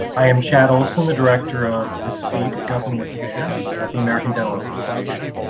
i am chad olsen, the director of of state government affairs at the american dental association.